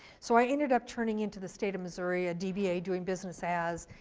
so i ended up turning into the state of missouri a dba, doing business as,